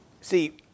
See